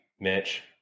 Mitch